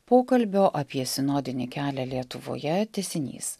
pokalbio apie sinodinį kelią lietuvoje tęsinys